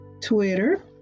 Twitter